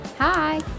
Hi